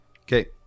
Okay